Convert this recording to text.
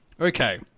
Okay